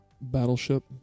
Battleship